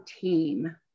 team